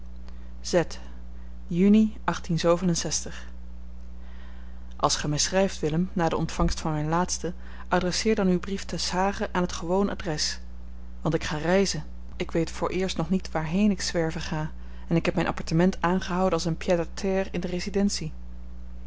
z juni als gij mij schrijft willem na de ontvangst van mijn laatsten adresseer dan uw brief te s hage aan het gewoon adres want ik ga reizen ik weet vooreerst nog niet waarheen ik zwerven ga en ik heb mijn appartement aangehouden als een pied à terre in de residentie